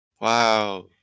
Wow